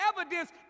evidence